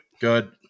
Good